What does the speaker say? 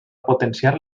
potenciar